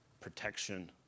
protection